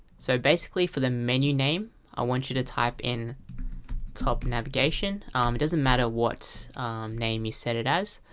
so basically for the menu name, i want you to type in top navigation. it doesn't matter what name you set it as.